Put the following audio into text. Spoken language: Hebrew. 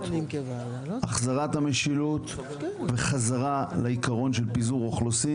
החזרת המשילות וחזרה לעיקרון של פיזור אוכלוסין.